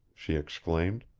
she exclaimed.